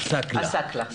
עסאקלה.